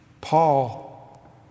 Paul